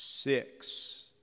Six